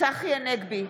צחי הנגבי,